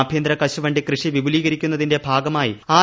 ആഭ്യന്തര കശുവണ്ടി കൃഷി വിപുലീകരിക്കുന്നതിന്റെ ഭാഗമായി ആർ